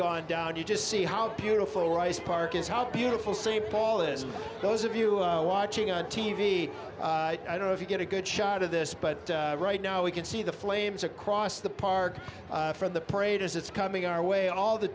gone down you just see how beautiful rice park is how beautiful st paul is those of you watching on t v i don't know if you get a good shot of this but right now we can see the flames across the park from the parade as it's coming our way all the